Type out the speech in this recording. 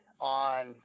on